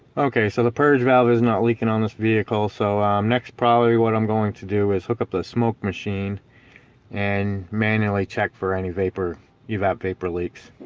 okay, so the purge valve is not leaking on this vehicle so next probably what i'm going to do is hook up the smoke machine and manually check for any vapor you have paper leaks